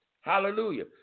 Hallelujah